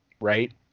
right